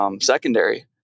Secondary